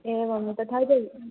एवं तथा च